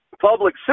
public